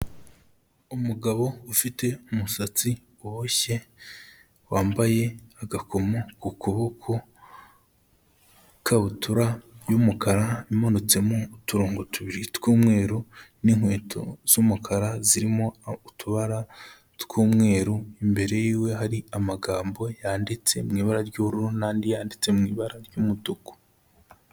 Umugabo ufite umusatsi uboshye, wambaye agakomo ku kuboko ikabutura y'umukara imanutsemo uturongo tubiri tw'umweru, n'inkweto z'umukara zirimo utubara tw'umweru, imbere yiwe hari amagambo yanditse mu ibara ry'ubururu nandi yanditse mu ibara ry'umutuku.